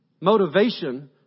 motivation